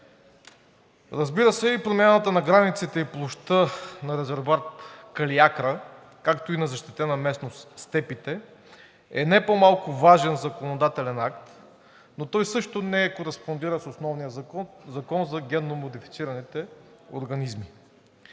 Разбира се, и промяната на границите, и площта на резерват „Калиакра“, както и на защитена местност „Степите“, е не по-малко важен законодателен акт, но той също не кореспондира с основния закон – Закона за генномодифицираните организми.